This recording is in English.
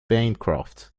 bancroft